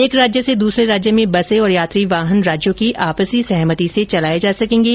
एक राज्य से दूसरे राज्य में बसे और यात्री वाहन राज्यों की आपसी सहमति से चलाये जा सकेंगे